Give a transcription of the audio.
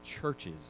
churches